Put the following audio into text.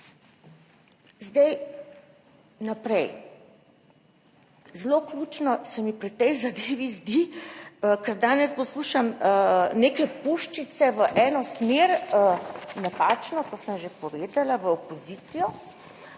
Naprej, zelo ključno se mi pri tej zadevi zdi, ker danes poslušam neke puščice v eno smer, napačno, to sem že povedala, v opozicijo,